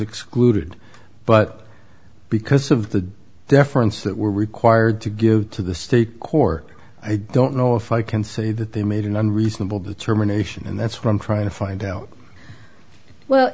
excluded but because of the deference that we're required to give to the state court i don't know if i can say that they made an unreasonable determination and that's why i'm trying to find out well